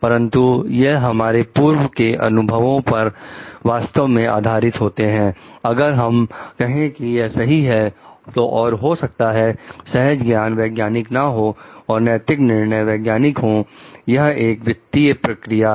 परंतु यह हमारे पूर्व के अनुभवों पर वास्तव में आधारित होते हैं अगर हम कहें कि यह सही है और हो सकता है सहज ज्ञान वैज्ञानिक ना हो और नैतिक निर्णय वैज्ञानिक हो यह एक वृत्तीय प्रक्रिया है